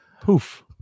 poof